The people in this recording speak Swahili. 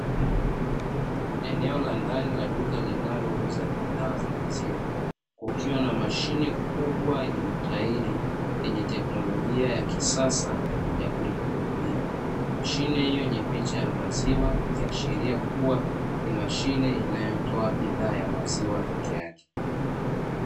Eneo la ndani la duka linalouza bidhaa za maziwa, kukiwa mashine kubwa yenye matairi yenye teknolojia ya kisasa ya kujihudumia. Mashine hiyo yenye picha ya maziwa ikiashiria kuwa ni mashine inayotoa bidhaa ya maziwa peke yake.